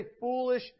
foolish